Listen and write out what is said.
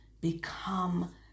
become